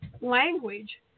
language